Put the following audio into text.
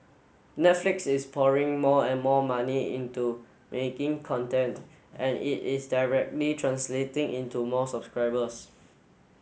Netflix is pouring more and more money into making content and it is directly translating into more subscribers